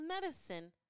medicine